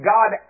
God